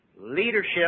leadership